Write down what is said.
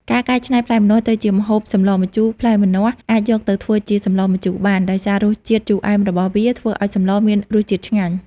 ការកែច្នៃផ្លែម្នាស់ទៅជាម្ហូបសម្លរម្ជូរ ផ្លែម្នាស់អាចយកទៅធ្វើជាសម្លរម្ជូរបាន ដោយសាររសជាតិជូរអែមរបស់វាធ្វើឲ្យសម្លរមានរសជាតិឆ្ងាញ់។